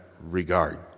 regard